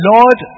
Lord